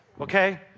Okay